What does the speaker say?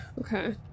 Okay